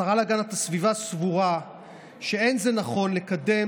השרה להגנת הסביבה סבורה שאין זה נכון לקדם